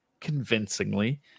convincingly